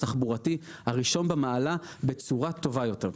התחבורתי הראשון במעלה בצורה טובה יותר,